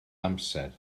amser